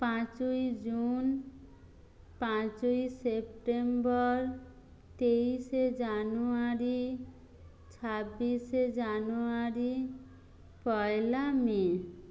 পাঁচই জুন পাঁচই সেপ্টেম্বর তেইশে জানুয়ারি ছাব্বিশে জানুয়ারি পয়লা মে